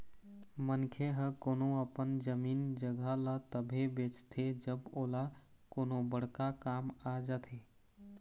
मनखे ह कोनो अपन जमीन जघा ल तभे बेचथे जब ओला कोनो बड़का काम आ जाथे